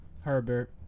Herbert